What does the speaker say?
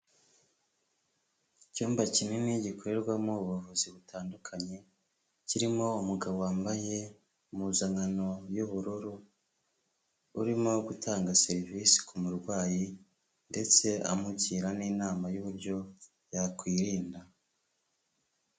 Icyumba kinini gikorerwamo ubuvuzi butandukanye, kirimo umugabo wambaye impuzankano y'ubururu urimo gutanga serivisi ku murwayi ndetse amugira n'inama y'uburyo yakwirinda.